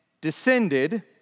descended